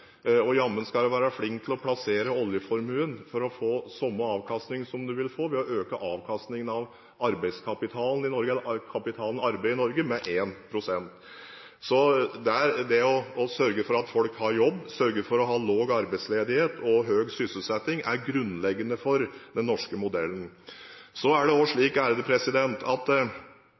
skal du jammen være flink til å plassere den for å få samme avkastning som du ville fått ved å øke avkastningen av kapitalen arbeid i Norge i dag med 1 pst. Det å sørge for at folk har jobb, sørge for å ha lav arbeidsledighet og høy sysselsetting, er grunnleggende for den norske modellen. Så er det også slik